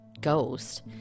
ghost